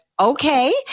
okay